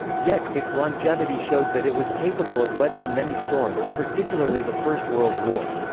yet, its longevity showed that it was capable of weathering many storms, particularly the first world war.